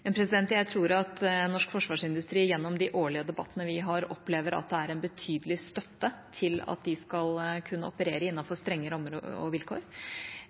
Jeg tror at norsk forsvarsindustri – gjennom de årlige debattene vi har – opplever at det er en betydelig støtte til at de skal kunne operere innenfor strenge rammevilkår.